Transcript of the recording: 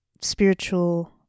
spiritual